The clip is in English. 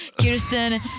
Kirsten